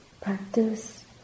practice